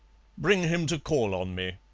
bring him to call on me.